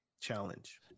challenge